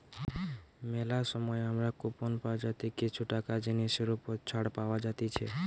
মেলা সময় আমরা কুপন পাই যাতে কিছু টাকা জিনিসের ওপর ছাড় পাওয়া যাতিছে